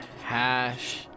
hash